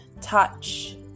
touch